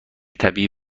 طبیعی